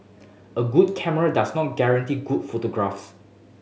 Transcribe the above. a good camera does not guarantee good photographs